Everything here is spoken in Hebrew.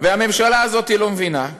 והממשלה הזאת לא מבינה,